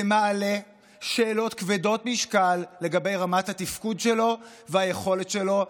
זה מעלה שאלות כבדות משקל לגבי רמת התפקוד שלו והיכולת שלו,